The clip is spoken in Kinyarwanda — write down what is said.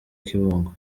kibungo